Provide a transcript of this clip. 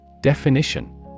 DEFINITION